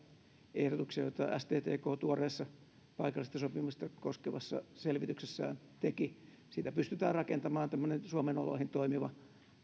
ehdotuksia joita sttk tuoreessa paikallista sopimista koskevassa selvityksessään teki siitä pystytään rakentamaan suomen oloissa toimiva